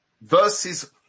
verses